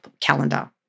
calendar